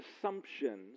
assumptions